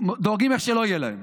דואגים איך לא יהיה להם.